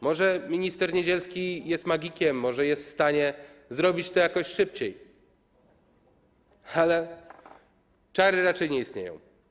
Może minister Niedzielski jest magikiem, może jest w stanie zrobić to jakoś szybciej, ale czary raczej nie istnieją.